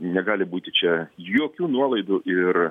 negali būti čia jokių nuolaidų ir